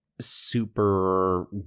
super